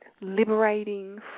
liberating